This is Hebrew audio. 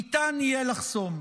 ניתן יהיה לחסום.